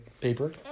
paper